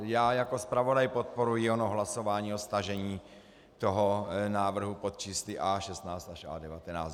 Já jako zpravodaj podporuji ono hlasování o stažení návrhu pod čísly A16 až A19.